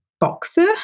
Boxer